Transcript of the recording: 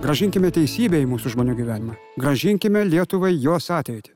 grąžinkime teisybę į mūsų žmonių gyvenimą grąžinkime lietuvai jos ateitį